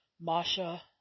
Masha